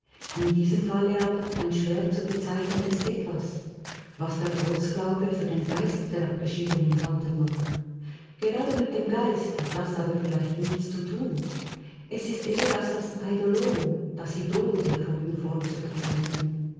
in diesem falle aber ein schwer zu bezeichnendes etwas was der volksaberglaube für den geist der abgeschiedenen halten mag gerade mit dem geiste hat das aber vielleicht nichts zu tun es ist eher als das eidolon das idol der toten form zu bezeichnen